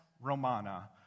Romana